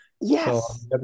Yes